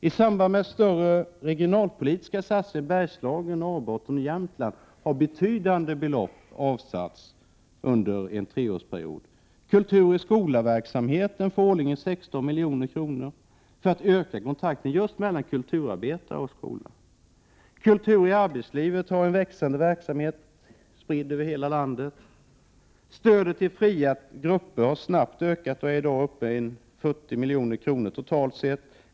I samband med större regionalpolitiska satsningar i Bergslagen, Norrbotten och Jämtland har betydande belopp avsatts under en treårsperiod. Kultur-i-skola-verksamheten får årligen 16 milj.kr. för att öka kontakten just mellan kulturarbetare och skolan. Kultur i arbetslivet har en växande verksamhet spridd över hela landet. Stödet till fria grupper har ökat snabbt och är i dag uppe i 40 milj.kr. totalt sett.